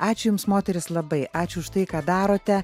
ačiū jums moterys labai ačiū už tai ką darote